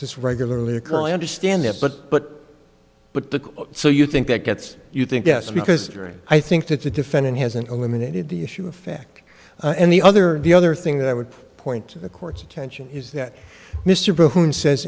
this regularly a call i understand that but but but the so you think that gets you think yes because you're and i think that the defendant has an illuminated the issue of fact and the other the other thing that i would point to the court's attention is that mr bohun says